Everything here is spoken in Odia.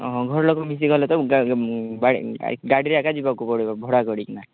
ହଁ ଘରଲୋକ ମିଶିଗଲେ ତ ଗାଡ଼ିରେ ଏକା ଯିବାକୁ ପଡ଼ିବ ଭଡ଼ା କରିକିନା